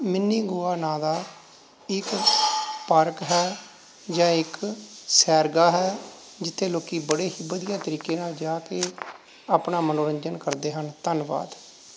mini Goa ਨਾਂ ਦਾ ਇੱਕ ਪਾਰਕ ਹੈ ਜਾਂ ਇੱਕ ਸੈਰਗਾਹ ਹੈ ਜਿੱਥੇ ਲੋਕ ਬੜੇ ਹੀ ਵਧੀਆ ਤਰੀਕੇ ਨਾਲ ਜਾ ਕੇ ਆਪਣਾ ਮਨੋਰੰਜਨ ਕਰਦੇ ਹਨ ਧੰਨਵਾਦ